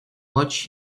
watch